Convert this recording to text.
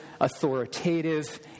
authoritative